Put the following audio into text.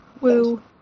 Woo